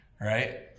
right